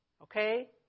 Okay